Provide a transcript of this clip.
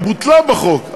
היא בוטלה בחוק,